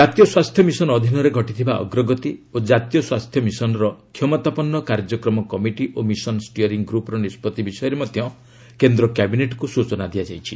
ଜାତୀୟ ସ୍ୱାସ୍ଥ୍ୟମିଶନ ଅଧୀନରେ ଘଟିଥିବା ଅଗ୍ରଗତି ଓ ଜାତୀୟ ସ୍ୱାସ୍ଥ୍ୟମିଶନର କ୍ଷମତାପନ୍ନ କାର୍ଯ୍ୟକ୍ରମ କମିଟି ଓ ମିଶନ ଷ୍ଟିୟରିଂ ଗ୍ରପର ନିଷ୍କଭି ବିଷୟରେ ମଧ୍ୟ କେନ୍ଦ୍ର କ୍ୟାବିନେଟକୁ ସ୍ୱଚନା ଦିଆଯାଇଛି